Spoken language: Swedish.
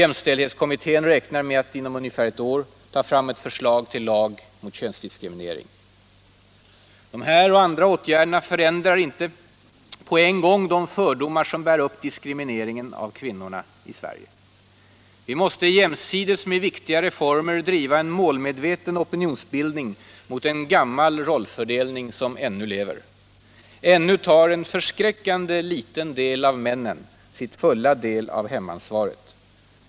Jämställdhetskommittén räknar med att inom ungefär ett år kunna ta fram förslag till en lag mot könsdiskriminering. De här och andra åtgärder förändrar inte på en gång de fördomar som bär upp diskrimineringen av kvinnorna. Vi måste jämsides med viktiga reformer driva en målmedveten opinionsbildning mot en gammal rollfördelning som ännu lever. Ännu tar t.ex. en förskräckande liten del av männen sin fulla del av hemansvaret.